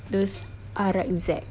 those R_X_Z